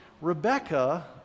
Rebecca